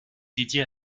dédiée